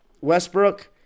Westbrook